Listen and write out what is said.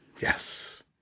Yes